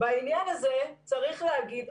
בעניין הזה צריך להגיד,